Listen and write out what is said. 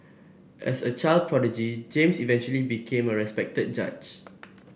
as a child prodigy James eventually became a respected judge